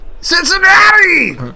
Cincinnati